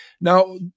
Now